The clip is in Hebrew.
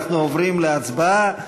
אנחנו עוברים להצבעה.